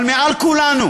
אבל מעל כולנו